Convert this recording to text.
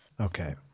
Okay